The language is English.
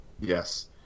Yes